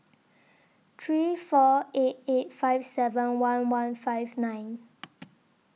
three four eight eight five seven one one five nine